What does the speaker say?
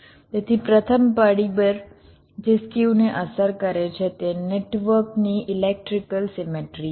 તેથી પ્રથમ પરિબળ જે સ્ક્યુને અસર કરે છે તે નેટવર્કની ઇલેક્ટ્રિકલ સીમેટ્રી છે